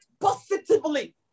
positively